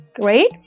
great